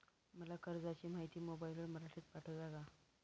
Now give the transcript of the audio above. मला कर्जाची माहिती मोबाईलवर मराठीत पाठवता का?